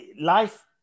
Life